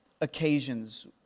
occasions